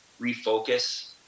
refocus